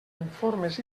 informes